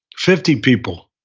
fifty people.